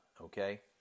okay